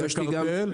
זה קרטל.